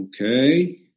Okay